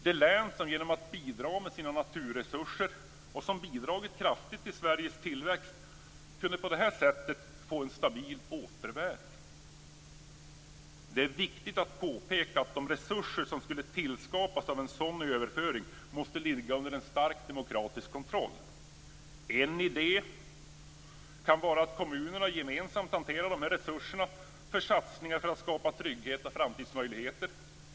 De län som genom att bidra med sina naturresurser, och som kraftigt bidragit till Sveriges tillväxt, kunde på det sättet få en stabil återbäring. Det är viktigt att påpeka att de resurser som skulle skapas genom en sådan överföring måste ligga under stark demokratisk kontroll. En idé kan vara att kommunerna gemensamt hanterar de här resurserna för satsningar på att skapa trygghet och framtidsmöjligheter.